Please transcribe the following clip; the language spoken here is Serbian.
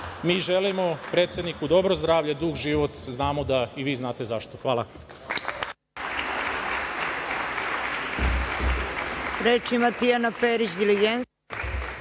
mi želimo predsedniku dobro zdravlje, dug život, znamo da i vi znate zašto. Hvala.